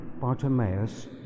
Bartimaeus